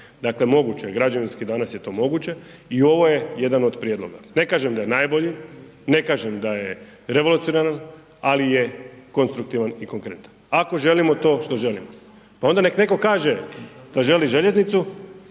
Dakle, moguće je građevinski je danas to moguće i ovo je jedan od prijedloga. Ne kažem da je najbolji, ne kažem da je revolucionaran, ali je konstruktivan i konkretan. Ako želimo to što želimo, pa onda nek neko kaže da želi željeznicu,